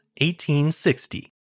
1860